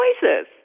choices